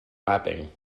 wapping